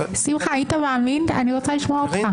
שמחה, אני רוצה לשמוע אותך.